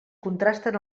contrasten